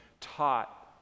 taught